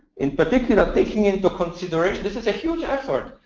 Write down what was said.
in particular taking into consideration this is a huge effort,